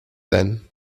then